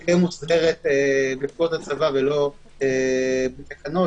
תהיה מוסדרת בפקודות הצבא ולא בתקנות,